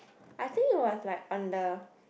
I think it was like on the